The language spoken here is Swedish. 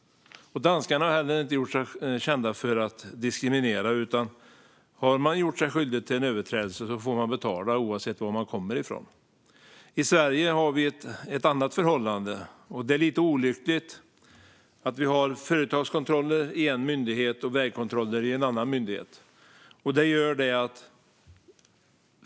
Danskarna har inte gjort sig kända för att diskriminera. Har man gjort sig skyldig till en överträdelse får man betala oavsett var man kommer ifrån. I Sverige har vi ett annat förhållande, och det är lite olyckligt. Vi har företagskontroller i en myndighet och vägkontroller i en annan myndighet.